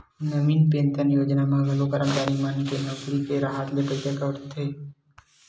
नवीन pension योजना म घलो करमचारी मन के नउकरी के राहत ले पइसा कटउती होथे